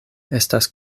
estas